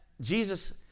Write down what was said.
Jesus